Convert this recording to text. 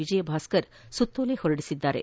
ವಿಜಯಭಾಸ್ಕರ್ ಸುತ್ತೋಲೆ ಹೊರಡಿಸಿದ್ದಾರೆ